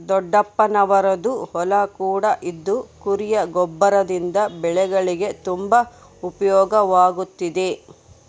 ದೊಡ್ಡಪ್ಪನವರದ್ದು ಹೊಲ ಕೂಡ ಇದ್ದು ಕುರಿಯ ಗೊಬ್ಬರದಿಂದ ಬೆಳೆಗಳಿಗೆ ತುಂಬಾ ಉಪಯೋಗವಾಗುತ್ತಿದೆ